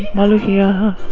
maluhia